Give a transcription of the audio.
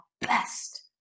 best